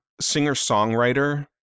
singer-songwriter